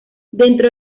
dentro